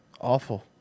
awful